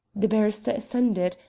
the barrister assented,